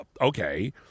okay